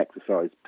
exercise